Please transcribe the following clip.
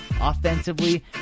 offensively